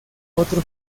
otro